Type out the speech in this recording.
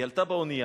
היא עלתה באונייה,